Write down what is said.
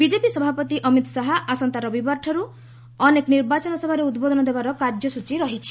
BJP ସଭାପତି ଅମିତ୍ ଶାହା ଆସନ୍ତା ରବିବାରଠାରୁ ଅନେକ ନିର୍ବାଚନ ସଭାରେ ଉଦ୍ବୋଧନ ଦେବାର କାର୍ଯ୍ୟସ୍ଟଚୀ ରହିଛି